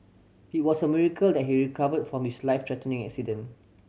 it was a miracle that he recovered from his life threatening accident